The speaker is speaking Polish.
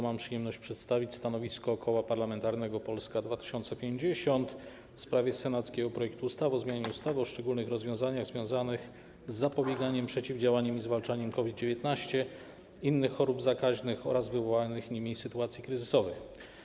Mam przyjemność przedstawić stanowisko Koła Parlamentarnego Polska 2050 w sprawie senackiego projektu ustawy o zmianie ustawy o szczególnych rozwiązaniach związanych z zapobieganiem, przeciwdziałaniem i zwalczaniem COVID-19, innych chorób zakaźnych oraz wywołanych nimi sytuacji kryzysowych.